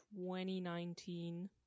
2019